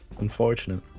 Unfortunate